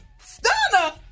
stunner